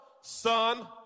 Son